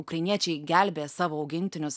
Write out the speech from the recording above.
ukrainiečiai gelbėja savo augintinius